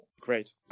Great